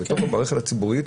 אבל בתוך המערכת הציבורית,